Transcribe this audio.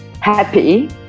happy